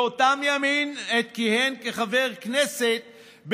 שבאותם ימים כיהן כחבר כנסת,